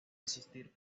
asistir